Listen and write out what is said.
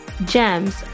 Gems